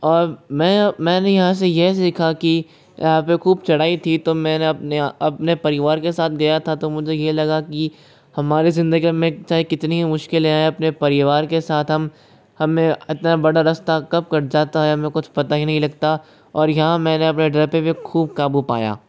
और मैं मैंने यहाँ से यह सीखा कि यहाँ पे खूब चढ़ाई थी तो मैंने अपने अपने परिवार के साथ गया था तो मुझे ये लगा कि हमारी ज़िंदगी में चाहे कितनी भी मुश्किलें आएं अपने परिवार के साथ हम हमें इतना बड़ा रास्ता कब कट जाता है हमें कुछ पता ही नहीं लगता और यहाँ मैंने अपने डर पे भी खूब काबू पाया